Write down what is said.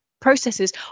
processes